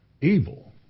Evil